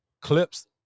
clips